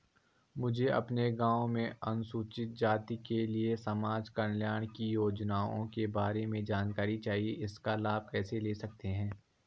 मुझे अपने गाँव में अनुसूचित जाति के लिए समाज कल्याण की योजनाओं के बारे में जानकारी चाहिए इसका लाभ कैसे ले सकते हैं?